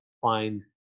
find